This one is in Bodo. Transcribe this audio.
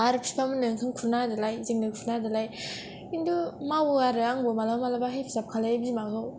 आरो बिफा मोननो ओंखाम खुरना होदोलाय जोंनो खुरना होदोलाय खिन्थु मावो आरो आंबो मालाबा मालाबा हेफाजाब खालामो बिमाखौ